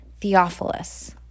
Theophilus